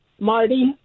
Marty